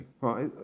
right